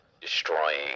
destroying